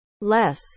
less